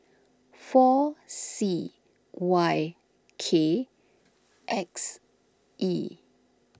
four C Y K X E